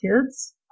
Kids